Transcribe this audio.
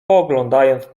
poglądając